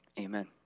amen